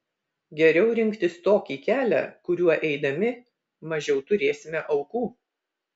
geriau rinktis tokį kelią kuriuo eidami mažiau turėsime aukų